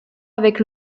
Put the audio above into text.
avec